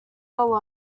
alone